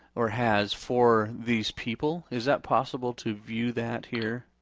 or has for these people? is that possible to view that here?